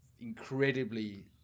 incredibly